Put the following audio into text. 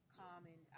common